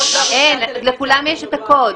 לכולם יש את הקוד.